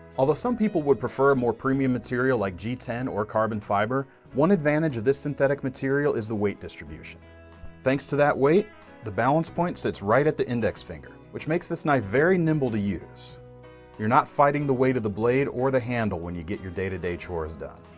although some people would prefer more premium material like g one zero or carbon fiber one advantage of this synthetic material is the weight distribution thanks to that weight the balance point sits right at the index finger which makes this knife very nimble to use you're not fighting the weight of the blade or the handle when you get your day-to-day chores done.